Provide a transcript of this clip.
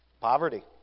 Poverty